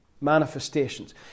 Manifestations